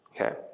Okay